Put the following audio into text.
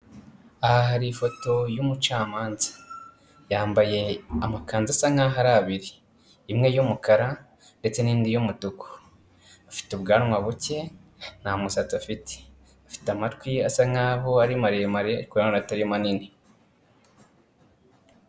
Aha hari ifoto y'umucamanza yambaye amakanzu asa nkaho ari abiri, imwe y'umukara ndetse n'indi y'umutuku, afite ubwanwa buke, nta musatsi afite, afite amatwi asa nkaho ari maremare ariko nanone atari manini.